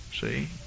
See